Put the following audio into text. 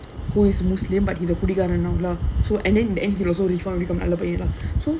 who is muslim but he's a குடிகார:kudikaara so and then in the end he also reform become நல்ல பையன்:nalla paiyan so